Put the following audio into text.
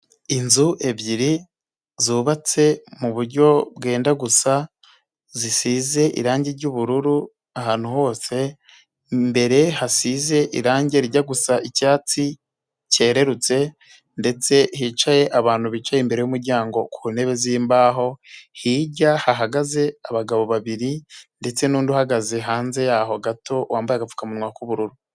Inzu ebyiri zubatse muburyo bwenda gusa zisize irangi ry'ubururu ahantu hose, imbere hasize irangi rijya gusa icyatsi kererutse ndetse hicaye abantu bicaye imbere y'umuryango ku ntebe z'imbaho hirya hahagaze abagabo babiri ndetse n'undi uhagaze hanze y'aho gato wambaye agapfukamunwa k'ubururu.